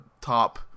top